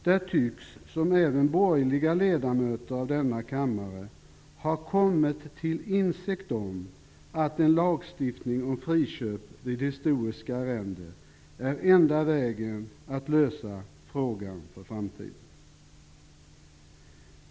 Det tycks som om även borgerliga ledamöter av denna kammare har kommit till insikt om att en lagstiftning om friköp vid historiska arrenden är enda vägen att gå för att lösa frågan för framtiden.